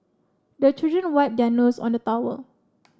the children wipe their noses on the towel